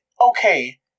Okay